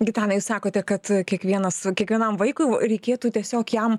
gitanai sakote kad kiekvienas kiekvienam vaikui reikėtų tiesiog jam